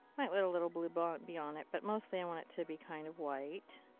might let a little blue but be on it but mostly i want it to be kind of white.